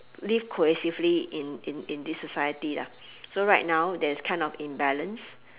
live cohesively in in in this society lah so right now there's kind of imbalance